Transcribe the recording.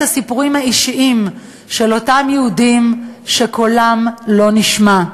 הסיפורים האישיים של אותם יהודים שקולם לא נשמע,